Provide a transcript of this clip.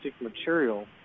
material